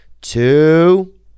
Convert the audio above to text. two